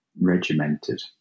regimented